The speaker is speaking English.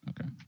Okay